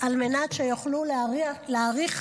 על מנת שיוכלו להאריך